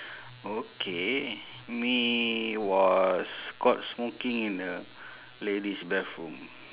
okay me was caught smoking in the ladies bathroom